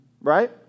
right